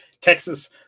Texas